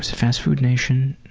fast food nation?